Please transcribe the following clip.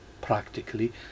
practically